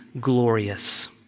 glorious